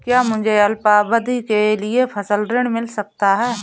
क्या मुझे अल्पावधि के लिए फसल ऋण मिल सकता है?